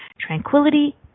Tranquility